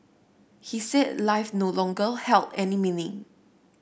he said life no longer held any meaning